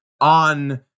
on